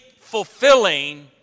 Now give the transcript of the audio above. fulfilling